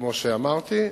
כמו שאמרתי.